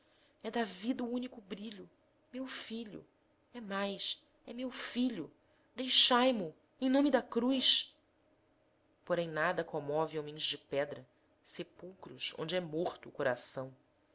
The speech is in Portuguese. é da vida o único brilho meu filho é mais é meu filho deixai mo em nome da cruz porém nada comove homens de pedra sepulcros onde é morto o coração